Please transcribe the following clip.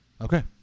okay